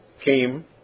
came